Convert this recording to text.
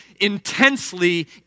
intensely